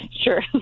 sure